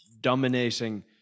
dominating